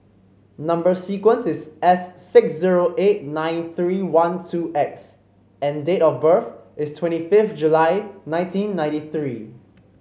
number sequence is S six zero eight nine three one two X and date of birth is twenty fifth July nineteen ninety three